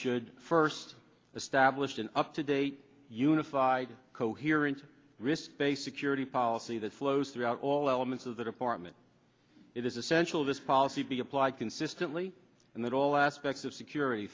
should first establish an up to date unified coherent risk based security policy that flows throughout all elements of the department it is essential this policy be applied consistently and that all aspects of security